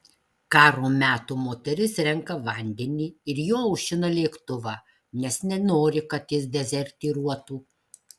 karo metų moteris renka vandenį ir juo aušina lėktuvą nes nenori kad jis dezertyruotų